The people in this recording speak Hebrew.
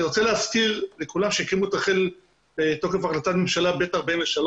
אני רוצה להזכיר לכולם שכאשר הקימו את רח"ל בתוקף החלטת ממשלה ב-43,